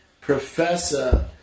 professor